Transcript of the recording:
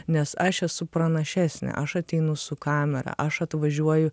nes aš esu pranašesnė aš ateinu su kamera aš atvažiuoju